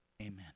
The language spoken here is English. Amen